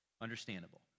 Understandable